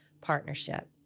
partnership